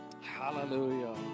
Hallelujah